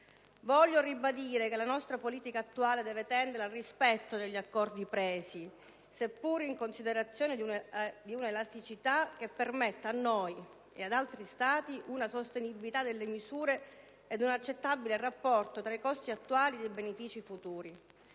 Voglio ribadire che la nostra politica attuale deve tendere al rispetto degli accordi presi, seppur in considerazione di una elasticità che permetta a noi e agli altri Stati una sostenibilità delle misure ed un accettabile rapporto tra i costi attuali e i benefici futuri.